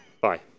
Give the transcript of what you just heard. Bye